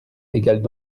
égalent